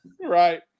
right